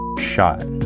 shot